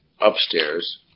upstairs